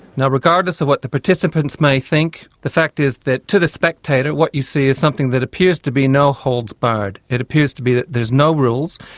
now, regardless of what the participants may think, the fact is that to the spectator what you see is something that appears to be no holds barred it appears to be that there's no rules,